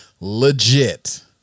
legit